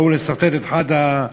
באו לסרטט את אחד המבנים,